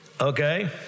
Okay